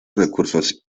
recursos